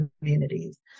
communities